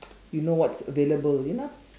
you know what's available you know